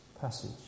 passage